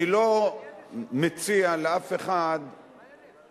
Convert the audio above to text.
אני לא מציע לאף אחד לחשוב